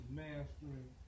mastering